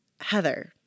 Heather